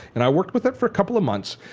and i worked with it for a couple of months.